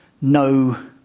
no